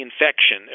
infection